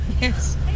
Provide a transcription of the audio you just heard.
yes